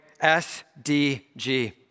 S-D-G